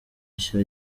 nshya